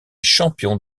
champion